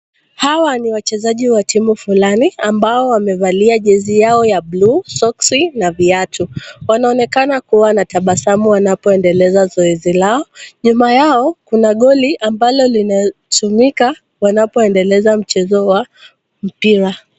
Hawa ni wachezaji wa timu fulani ambao wamevalia jezi yao ya bluu, soksi na viatu. Wanaonekana kuwa na tabasamu wanapoendeleaza zoezi lao. Nyuma yao kuna goli ambalo linatumika wanapo endeleza mchezo wao wa mpira.